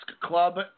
Club